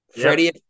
Freddie